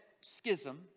schism